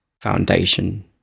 foundation